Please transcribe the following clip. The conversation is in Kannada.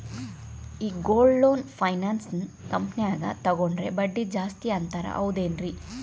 ಈ ಗೋಲ್ಡ್ ಲೋನ್ ಫೈನಾನ್ಸ್ ಕಂಪನ್ಯಾಗ ತಗೊಂಡ್ರೆ ಬಡ್ಡಿ ಜಾಸ್ತಿ ಅಂತಾರ ಹೌದೇನ್ರಿ?